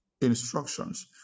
Instructions